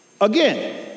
again